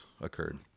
occurred